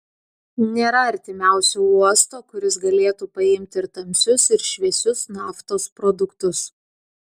nėra artimiausio uosto kuris galėtų paimti ir tamsius ir šviesius naftos produktus